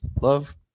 love